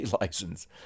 license